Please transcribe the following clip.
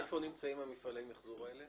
איפה נמצאים מפעלי המחזור האלה?